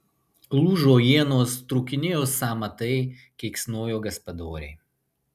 lūžo ienos trūkinėjo sąmatai keiksnojo gaspadoriai